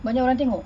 banyak orang tengok